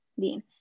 Dean